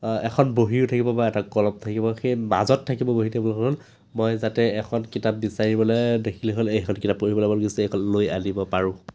এখন বহীও থাকিব বা এটা কলম থাকিব সেই মাজত থাকিব বহী টেবুলখন মই যাতে এখন কিতাপ বিচাৰিবলৈ দেখিলে হ'ল এইখন কিতাপ পঢ়িবলৈ মন গৈছে এইখন লৈ আনিব পাৰোঁ